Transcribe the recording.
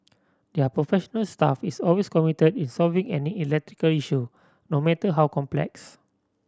their professional staff is always committed in solving any electrical issue no matter how complex